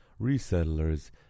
resettlers